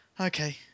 Okay